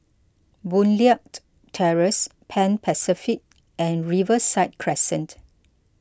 Boon Leat Terrace Pan Pacific and Riverside Crescent